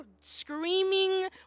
screaming